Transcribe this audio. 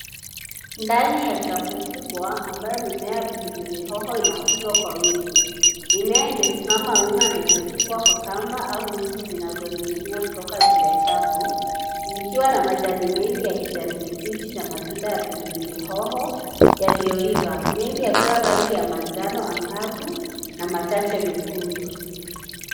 Ndani ya chafu kubwa ambayo mimea ya pilipili hoho inakuzwa kwa wingi. Mimea imesimama wima na imefungwa kwa kamba au nyuzi zinazoning'inia kutoka juu ya chafu, zikiwa na majani mengi ya kijani kibichi na matunda ya pilipili yaliyoiva. Mengi yakiwa ya rangi ya manjano angavu na machache mekundu.